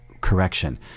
correction